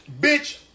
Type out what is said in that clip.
Bitch